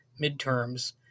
midterms